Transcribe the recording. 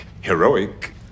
heroic